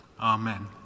amen